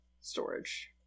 storage